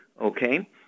Okay